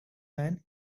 man